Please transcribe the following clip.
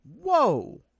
whoa